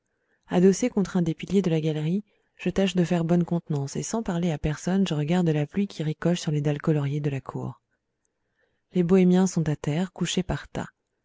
adossé contre un des piliers de la galerie je tâche de faire bonne contenance et sans parler à personne je regarde la pluie qui ricoche sur les dalles coloriées de la cour les bohémiens sont à terre couchés par